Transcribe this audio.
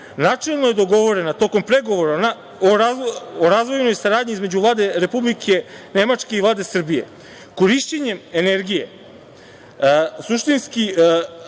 načelno je dogovorena tokom pregovara o razvojnoj saradnji između Vlade Republike Nemačke i Vlade Srbije. Korišćenjem energije suštinskoj